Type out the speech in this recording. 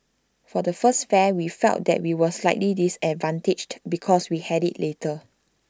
for the first fair we felt that we were slightly disadvantaged because we had IT later